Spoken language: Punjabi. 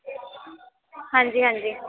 ਹਾਂਜੀ ਹਾਂਜੀ